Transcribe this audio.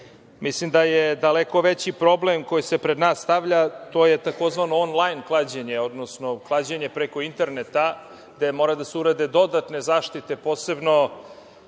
tiče. Mislim da je daleko veći problem koji se pred nas stavlja tzv. onlajn klađenje, odnosno klađenje preko interneta, gde mora da se urade dodatne zaštite, posebno